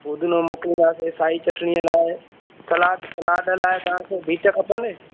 पूदिनो मोकिलिंदासीं साई चटणीअ लाइ सलाद सलाद लाइ तव्हांखे बीट खपनि